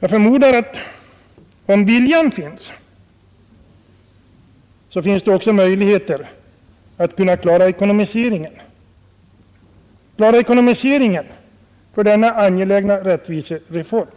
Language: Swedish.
Jag förmodar att om viljan finns, finns ocksa möjligheterna att ekonomiskt klara denna angelägna rättvisereform.